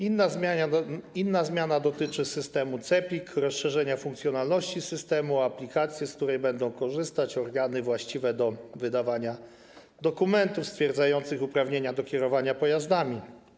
Inna zmiana dotyczy systemu CEPiK, rozszerzenia funkcjonalności systemu, aplikacji, z której będą korzystać organy właściwe do wydawania dokumentów stwierdzających uprawnienia do kierowania pojazdami.